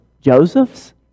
Josephs